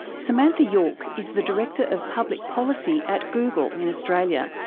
samantha yorke is the director of public policy at google in australia,